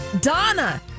donna